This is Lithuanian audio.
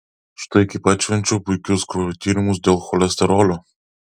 štai kaip atšvenčiau puikius kraujo tyrimus dėl cholesterolio